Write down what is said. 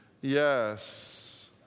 Yes